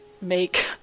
make